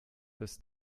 this